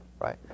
right